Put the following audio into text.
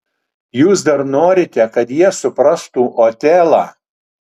jūs dar norite kad jie suprastų otelą